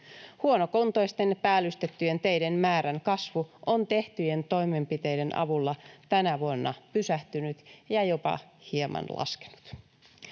Huonokuntoisten päällystettyjen teiden määrän kasvu on tehtyjen toimenpiteiden avulla tänä vuonna pysähtynyt ja jopa hieman laskenut.